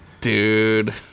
Dude